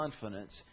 confidence